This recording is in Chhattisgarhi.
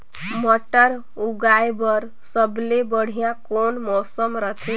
मटर उगाय बर सबले बढ़िया कौन मौसम रथे?